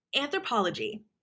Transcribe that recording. anthropology